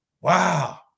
wow